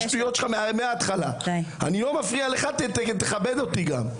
לך, תכבד אותי גם.